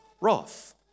wrath